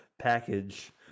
package